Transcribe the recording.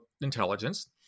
intelligence